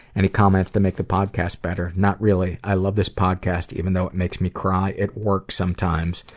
any comments to make the podcast better? not really, i love this podcast, even though it makes me cry at work sometimes.